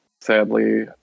sadly